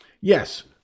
Yes